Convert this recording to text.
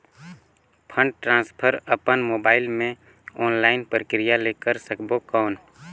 Fund transfer अपन mobile मे online प्रक्रिया ले कर सकबो कौन?